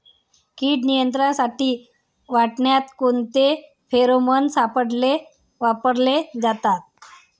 कीड नियंत्रणासाठी वाटाण्यात कोणते फेरोमोन सापळे वापरले जातात?